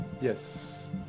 yes